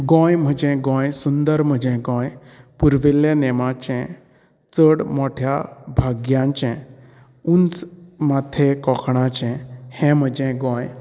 गोंय म्हजे गोंय सुंदर म्हजे गोंय पुर्विल्ले नेमाचे चड मोठ्या भाग्याचें उंच माथे कोंकणाचे हे म्हजे गोंय